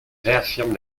réaffirme